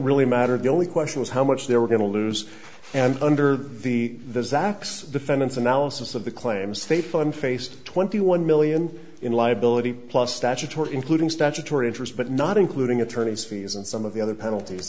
really mattered the only question was how much they were going to lose and under the the zacks defendants analysis of the claims they fund faced twenty one million in liability plus statutory including statutory interest but not including attorney's fees and some of the other penalties